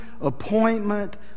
appointment